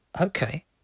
okay